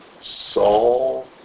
Saul